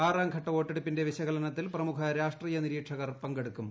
ആറ്റാട്ട് ൽലിട്ട വോട്ടെടുപ്പിന്റെ വിശകലനത്തിൽ പ്രമുഖ രാഷ്ട്രീയ നിരീക്ഷകർ പങ്കെടുക്കും